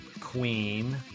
Queen